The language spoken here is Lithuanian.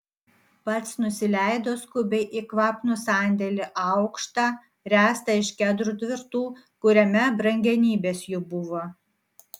pats nusileido skubiai į kvapnų sandėlį aukštą ręstą iš kedrų tvirtų kuriame brangenybės jų buvo